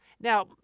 Now